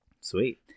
Sweet